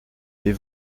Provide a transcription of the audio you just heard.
est